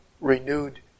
renewed